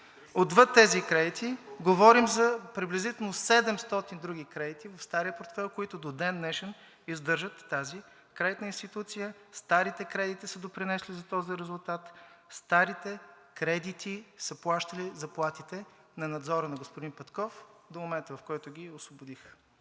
отвъд тези кредити говорим за приблизително 700 други кредити в стария портфейл, които до ден днешен издържат и тази кредитна институция, старите кредити са допринесли за този резултат, старите кредити са плащали заплатите на Надзора на господин Петков до момента, в който ги освободих.